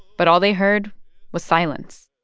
but all they heard was silence.